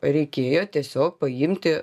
reikėjo tiesiog paimti